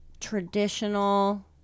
traditional